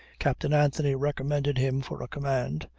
captain anthony recommended him for a command.